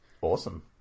Awesome